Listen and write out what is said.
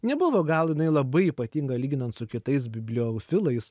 nebuvo gal jinai labai ypatinga lyginant su kitais bibliofilais